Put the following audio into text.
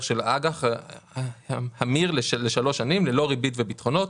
של אג"ח לשלוש שנים ללא ריבית וביטחונות,